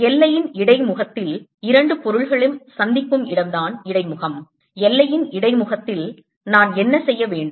எல்லையின் இடைமுகத்தில் இரண்டு பொருள்களின் சந்திப்பு இடம் நான் என்ன செய்ய வேண்டும்